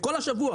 בכל השבוע